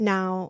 Now